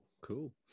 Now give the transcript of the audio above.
cool